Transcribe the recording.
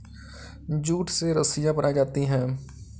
jute से रस्सियां बनायीं जाती है